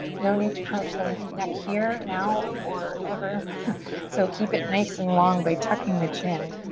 no need to crunch the neck here now or ever so keep it nice and long by tucking the chin.